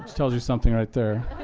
tells you something right there.